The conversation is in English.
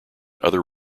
other